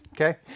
Okay